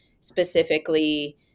specifically